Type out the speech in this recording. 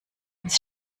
ins